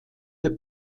der